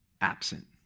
absent